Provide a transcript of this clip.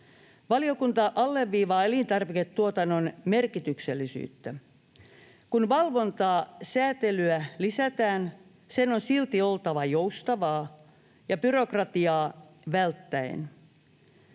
Valiokunta alleviivaa elintarviketuotannon merkityksellisyyttä. Kun valvontaa ja säätelyä lisätään, sen on silti oltava joustavaa ja vältettävä